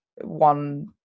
one